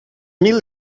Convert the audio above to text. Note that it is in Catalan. mil